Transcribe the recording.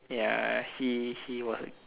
ya he he was